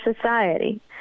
society